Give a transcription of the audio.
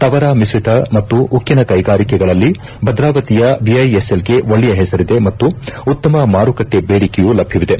ತವರ ಮಿತ್ರಿತ ಮತ್ತು ಉಕ್ಕನ ಕೈಗಾರಿಕೆಗಳಲ್ಲಿ ಭದ್ರಾವತಿಯ ವಿಐಎಸ್ಎಲ್ಗೆ ಒಳ್ಳೆಯ ಹೆಸರಿದೆ ಮತ್ತು ಉತ್ತಮ ಮಾರುಕಟ್ಟೆ ಬೇಡಿಕೆಯೂ ಲಭ್ಯವಿದೆ